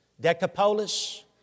Decapolis